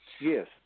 Yes